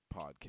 podcast